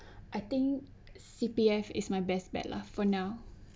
I think C_P_F is my best bet lah for now